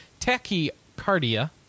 Tachycardia